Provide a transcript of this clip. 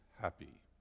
happy